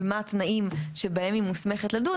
ומה התנאים שבהם היא מוסמכת לדון.